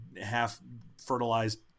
half-fertilized